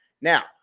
Now